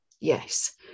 Yes